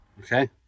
Okay